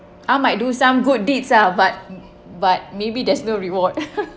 I might do some good deeds lah but but maybe there's no reward